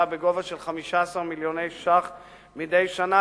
בגובה של 15 מיליון שקלים מדי שנה,